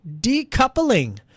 decoupling